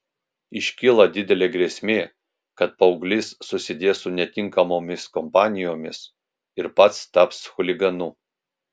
iškyla didelė grėsmė kad paauglys susidės su netinkamomis kompanijomis ir pats taps chuliganu